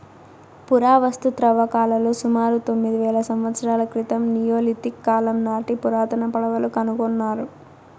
పురావస్తు త్రవ్వకాలలో సుమారు తొమ్మిది వేల సంవత్సరాల క్రితం నియోలిథిక్ కాలం నాటి పురాతన పడవలు కనుకొన్నారు